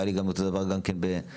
היה לי אותו דבר גם בקצרין,